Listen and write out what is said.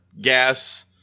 Gas